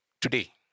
today